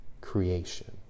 creation